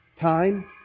Time